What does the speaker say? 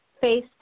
face